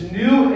new